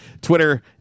Twitter